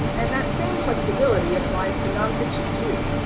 and that same flexibility applies to nonfiction, too.